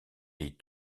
est